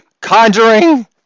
conjuring